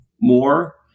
more